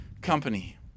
company